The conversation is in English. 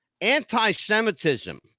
anti-semitism